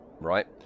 right